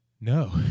No